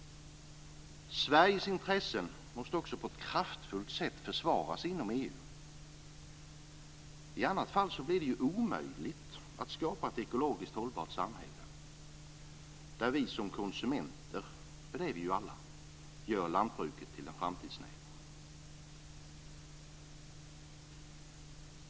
Sveriges intressen måste på ett kraftfullt sätt försvaras inom EU. I annat fall blir det omöjligt att skapa ett ekologiskt hållbart samhälle där vi som konsumenter - för det är vi ju alla - gör lantbruket till en framtidsnäring.